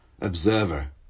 observer